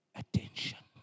attention